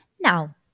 Now